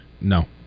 No